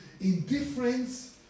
indifference